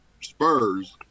spurs